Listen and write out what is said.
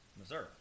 Missouri